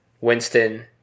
Winston